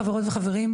חברות וחברים,